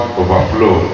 overflow